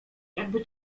jakby